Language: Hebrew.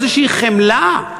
איזושהי חמלה,